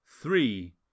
Three